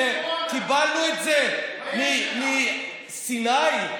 קיבלנו את זה מסיני?